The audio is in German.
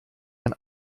man